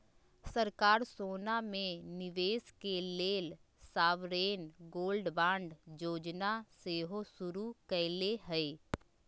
सरकार सोना में निवेश के लेल सॉवरेन गोल्ड बांड जोजना सेहो शुरु कयले हइ